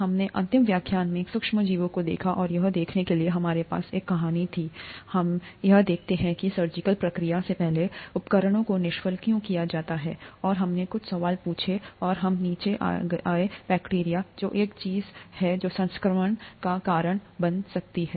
हमने अंतिम व्याख्यान में सूक्ष्म जीवों को देखा और यह देखने के लिए हमारे पास एक कहानी थे हम यह देखते हुए कि सर्जिकल प्रक्रिया से पहले उपकरणों को निष्फल क्यों किया जाता है और हमने कुछ सवाल पूछा और हम नीचे आए बैक्टीरिया जो एक चीज है जो संक्रमण का कारण बन सकता है